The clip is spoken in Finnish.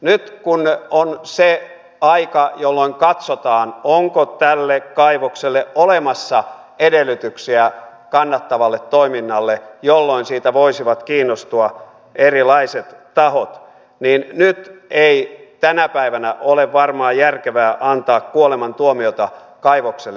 nyt kun on se aika jolloin katsotaan onko tälle kaivokselle olemassa edellytyksiä kannattavalle toiminnalle jolloin siitä voisivat kiinnostua erilaiset tahot niin ei tänä päivänä ole varmaan järkevää antaa kuolemantuomiota kaivokselle